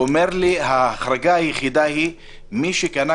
שאמר לי שההחרגה היחידה היא למי שקנה